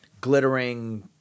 glittering